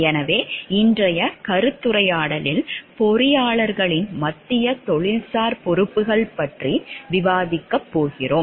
எனவே இன்றைய கலந்துரையாடலில் பொறியாளர்களின் மத்திய தொழில்சார் பொறுப்புகள் பற்றி விவாதிக்கப் போகிறோம்